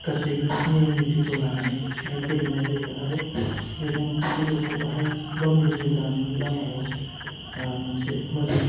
गासैबो नेयम निथिखौ लानानै गेलेनाय जायो आरो बेजों लोगोसे बेहाय गावनि जिउ दानायनि लामायाव मोनसे मोजां